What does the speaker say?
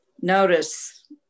notice